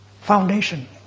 foundation